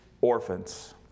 orphans